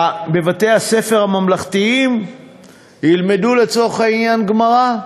בבתי-הספר הממלכתיים ילמדו לצורך העניין גמרא.